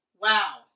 wow